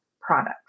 products